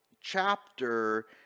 chapter